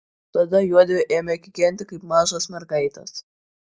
tada juodvi ėmė kikenti kaip mažos mergaitės